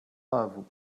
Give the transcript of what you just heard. love